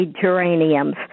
geraniums